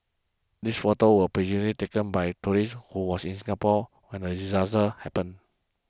this photos were be taken by tourist who was in Singapore when the disaster happened